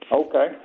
okay